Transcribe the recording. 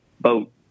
boat